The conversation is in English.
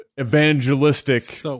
evangelistic